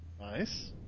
nice